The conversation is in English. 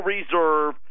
Reserve